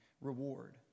reward